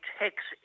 takes